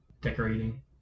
decorating